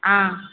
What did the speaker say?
ஆ